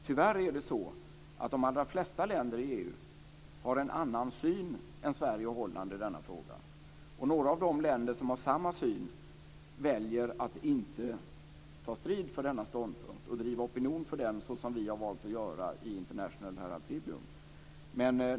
Tyvärr har de allra flesta länder i EU en annan syn än Sverige och Holland i denna fråga. Några av de länder som har samma syn väljer att inte ta strid för denna ståndpunkt och driva opinion för den såsom vi har valt att göra i International Herald Tribune.